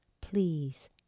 Please